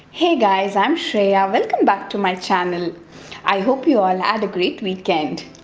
hey guys i'm shreya welcome back to my channel i hope you all had a great weekend